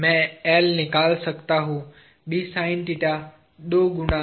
मैं L निकाल सकता हूं दो गुना के बराबर है